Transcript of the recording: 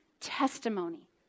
testimony